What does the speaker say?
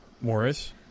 Morris